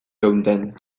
geunden